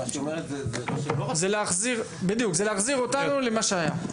מה שהיא אומרת --- זה להחזיר אותנו למה שהיה.